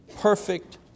perfect